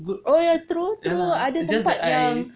the oh ya true true ada tempat yang